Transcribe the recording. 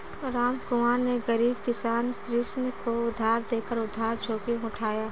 रामकुमार ने गरीब किसान कृष्ण को उधार देकर उधार जोखिम उठाया